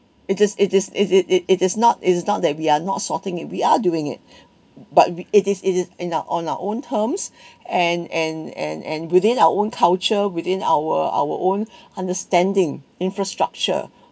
it is it is is it it it is not it is not that we are not sorting it we are doing it but it is it is in our on our own terms and and and and within our own culture within our our own understanding infrastructure